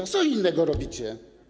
A co innego robicie?